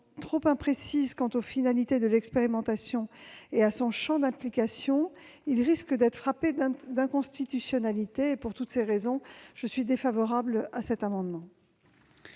trop imprécise quant aux finalités de l'expérimentation et à son champ d'application, elle risque d'être frappée d'inconstitutionnalité. Pour toutes ces raisons, je suis défavorable à cet amendement.